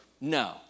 no